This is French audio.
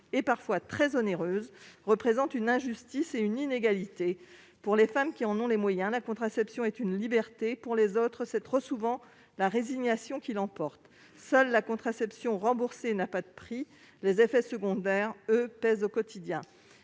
parfois très onéreuse - représente une injustice et une inégalité. Pour les femmes qui en ont les moyens, la contraception est une liberté ; pour les autres, c'est trop souvent la résignation qui l'emporte. Seule la contraception remboursée n'a pas de prix ; les effets secondaires, eux, pèsent au quotidien.